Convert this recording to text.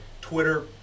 Twitter